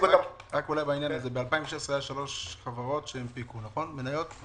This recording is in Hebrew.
ב-2016 היו שלוש חברות שהנפיקו מניות.